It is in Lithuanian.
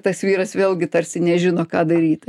tas vyras vėlgi tarsi nežino ką daryti